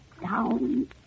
down